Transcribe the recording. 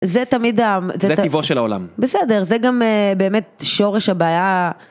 זה תמיד העם. זה טבעו של העולם. בסדר, זה גם באמת שורש הבעיה.